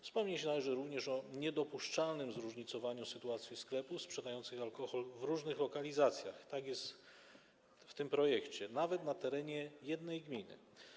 Wspomnieć należy również o niedopuszczalnym zróżnicowaniu sytuacji sklepów sprzedających alkohol w różnych lokalizacjach - tak jest w tym projekcie - nawet na terenie jednej gminy.